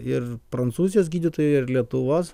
ir prancūzijos gydytojai ir lietuvos